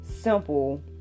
simple